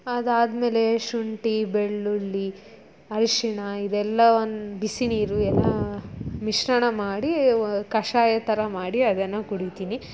ಅದಾದ್ಮೇಲೆ ಶುಂಠಿ ಬೆಳ್ಳುಳ್ಳಿ ಅರಿಶಿಣ ಇದೆಲ್ಲವನ್ನ ಬಿಸಿ ನೀರು ಎಲ್ಲ ಮಿಶ್ರಣ ಮಾಡಿ ಕಷಾಯ ಥರ ಮಾಡಿ ಅದನ್ನು ಕುಡಿತೀನಿ